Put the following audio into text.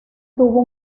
tuvo